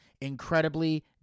incredibly